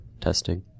testing